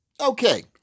Okay